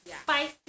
Spicy